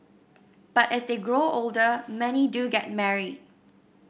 but as they grow older many do get married